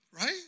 Right